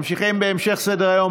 ממשיכים בסדר-היום,